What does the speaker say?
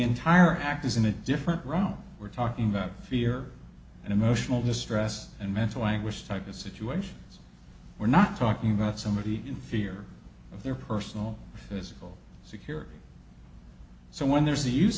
entire act is in a different row we're talking about fear and emotional distress and mental anguish type of situations we're not talking about somebody in fear of their personal physical security so when there's the use